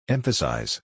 Emphasize